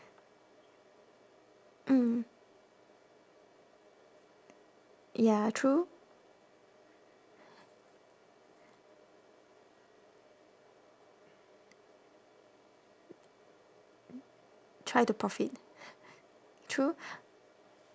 mm ya true try to profit true